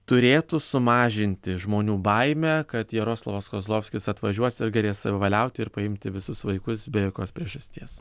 turėtų sumažinti žmonių baimę kad jaroslavas kozlovskis atvažiuos ir galės savivaliauti ir paimti visus vaikus be jokios priežasties